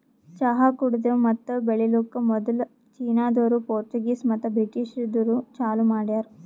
ಚಹಾ ಕುಡೆದು ಮತ್ತ ಬೆಳಿಲುಕ್ ಮದುಲ್ ಚೀನಾದೋರು, ಪೋರ್ಚುಗೀಸ್ ಮತ್ತ ಬ್ರಿಟಿಷದೂರು ಚಾಲೂ ಮಾಡ್ಯಾರ್